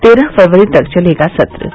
तेरह फरवरी तक चलेगा सत्र्